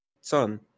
son